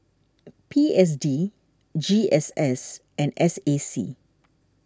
P S D G S S and S A C